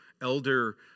elder